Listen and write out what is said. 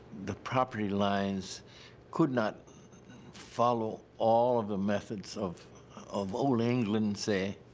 the property lines could not follow all of the methods of of old england, say,